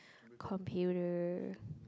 computer